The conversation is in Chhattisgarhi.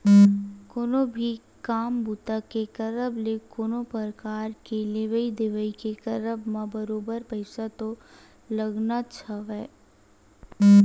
कोनो भी काम बूता के करब ते कोनो परकार के लेवइ देवइ के करब म बरोबर पइसा तो लगनाच हवय